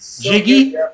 Jiggy